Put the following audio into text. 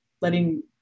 letting